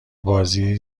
بازی